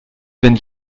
wenn